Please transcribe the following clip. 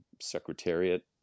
secretariat